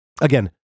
Again